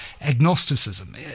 agnosticism